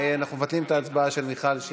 אנחנו מבטלים את ההצבעה של מיכל,